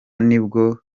nibwo